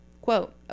quote